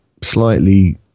slightly